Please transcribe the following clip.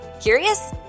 Curious